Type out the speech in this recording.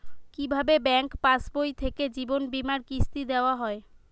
কি ভাবে ব্যাঙ্ক পাশবই থেকে জীবনবীমার কিস্তি দেওয়া হয়?